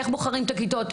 איך בוחרים את הכיתות,